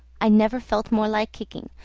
i never felt more like kicking,